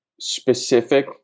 specific